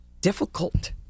difficult